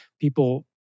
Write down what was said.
people